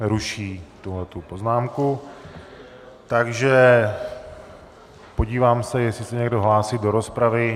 Ruší tuhle poznámku, takže podívám se, jestli se někdo hlásí do rozpravy.